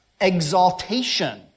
exaltation